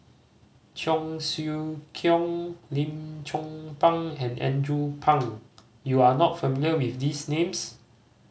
Cheong Siew Keong Lim Chong Pang and Andrew Phang you are not familiar with these names